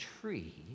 tree